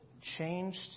Changed